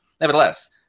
Nevertheless